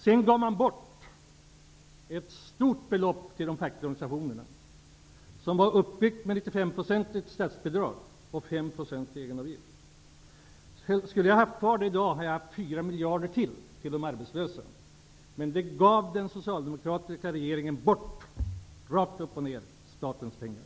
Socialdemokraterna gav bort ett stort belopp till de fackliga organisationerna i slutet av 80-talet, pengar som kom från ett 95-procentigt statsbidrag och 5 % egenavgift. Skulle jag ha haft kvar de pengarna i dag skulle jag ha haft ytterligare 4 miljarder till de arbetslösa, men den socialdemokratiska regeringen gav rakt upp och ner bort statens pengar.